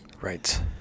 Right